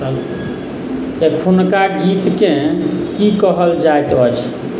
एखुनका गीतकेँ की कहल जाइत अछि